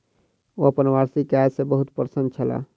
ओ अपन वार्षिक आय सॅ बहुत प्रसन्न छलाह